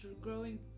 growing